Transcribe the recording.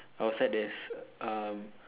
outside there's uh